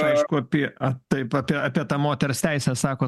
aišku apie ar tai pat apie tą moters teisę sakot